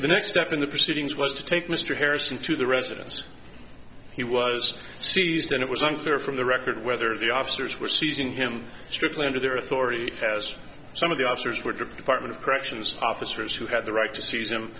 the next step in the proceedings was to take mr harrison to the residence he was seized and it was unfair from the record whether the officers were seizing him strictly under their authority has some of the officers were department of corrections officers who had the right to seize them